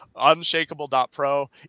unshakable.pro